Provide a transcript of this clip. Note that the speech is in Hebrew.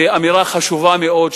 ואמירה חשובה מאוד,